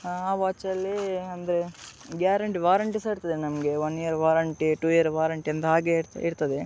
ಆ ವಾಚಲ್ಲಿ ಅಂದರೆ ಗ್ಯಾರಂಟಿ ವಾರಂಟಿ ಸಹ ಇರ್ತದೆ ನಮಗೆ one year warranty two year warranty ಅಂತ ಹಾಗೆ ಇರ್ತದೆ